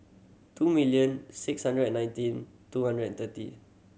two million six hundred and nineteen two hundred and thirty